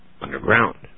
underground